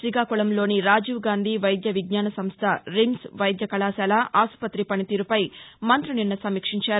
రీకాకుళంలోని రాజీవ్ గాంధీ వైద్య విజ్ఞాన సంస్ట రిమ్స్ వైద్య కళాశాల ఆసుపుతి పనితీరుపై మంత్రి నిన్న సమీక్షించారు